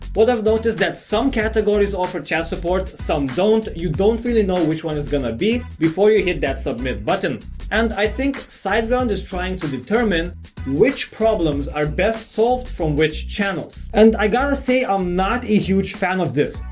what i've noticed that some categories offer chat support some don't you don't really know which one is gonna be before you hit that submit button and i think siteground is trying to determine which problems are best solved from which channels. and i gotta say i'm not a huge fan of this.